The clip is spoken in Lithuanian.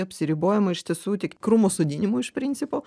apsiribojama iš tiesų tik krūmų sodinimu iš principo